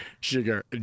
Sugar